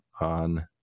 on